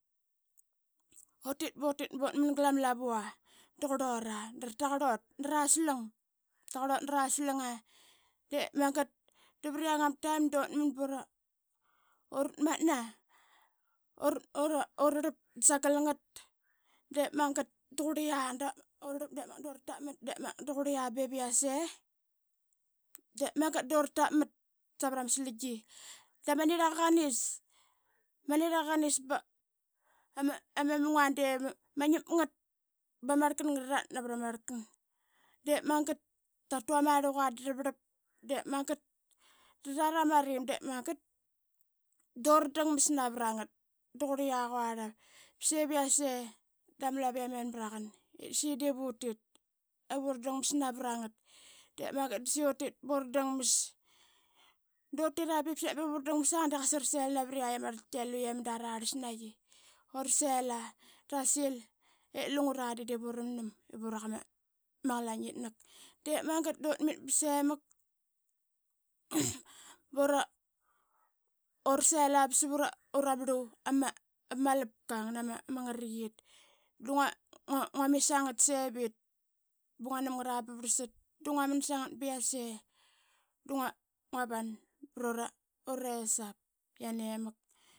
Utit butit but man glama lavua da qurlura drataqarlut nara salang. Ta taqarl ut nara slang. Ta taqarl ut nara slanga. de magat da vring ama taim burat matna. Urarlap da sagal ngat de magat da qurlia da urarlap duratap mat dep magat da qurlia ba yase. De magat durtap mat savrama slangi da ma nirlaga ama slangi ba giangip ngat ba ma rlakan ngararat nvrama mung. Diip magat. dratu ama rluga ba rlavrlap dra rat ama riim de magat. durat dang mas navrangat da qurlia quarla beviase da malaviam yanmragan ip undit ivuratang mas navrangat de magat dutit bura tang mas. Utira ba qasevura dang masa. de qasa rasel navat qiait ama rlatki i mada rarlas naqi. Urasela drasil i lungre de divuramnam ivuraqa ma qalainitnak. De magat dut mit ba semak bura sela basavura marlu ama ma ngariqit. Da ngua mit sangat sevit ba nguanam ngara ba varlast da ngua man sangat ba yase da ngua van prura resap yanemak.